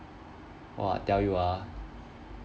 !whoa! I tell you ah